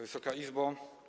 Wysoka Izbo!